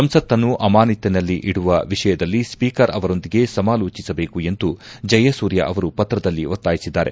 ಸಂಸತ್ತನ್ನು ಅಮಾನತ್ತಿನಲ್ಲಿಡುವ ವಿಷಯದಲ್ಲಿ ಸ್ವೀಕರ್ ಅವರೊಂದಿಗೆ ಸಮಾಲೋಚಿಸಬೇಕು ಎಂದು ಜಯಸೂರ್ಯ ಅವರು ಪತ್ರದಲ್ಲಿ ಒತ್ತಾಯಿಸಿದ್ದಾರೆ